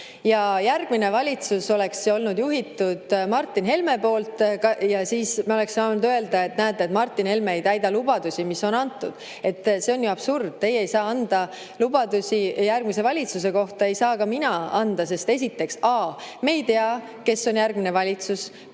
kui järgmine valitsus oleks olnud juhitud Martin Helme poolt, oleksime saanud selle kohta öelda, et näete, Martin Helme ei täida lubadusi, mis on antud. See on ju absurd, teie ei saa anda lubadusi järgmise valitsuse kohta. Ei saa ka mina anda, sest a) me ei tea, kes on järgmine valitsus; b)